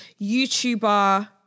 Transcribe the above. youtuber